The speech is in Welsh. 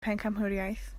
bencampwriaeth